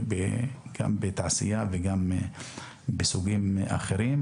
גם בתעשייה וגם בסוגים אחרים,